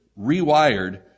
rewired